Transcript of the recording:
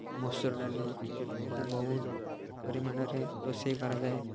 ମସୁର ଡାଲି ଇତ୍ୟାଦି ବହୁତ ପରିମାଣରେ ରୋଷେଇ କରାଯାଏ